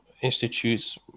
institutes